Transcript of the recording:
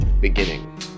Beginning